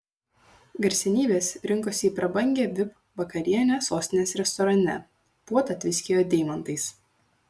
garsenybės rinkosi į prabangią vip vakarienę sostinės restorane puota tviskėjo deimantais